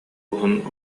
уһун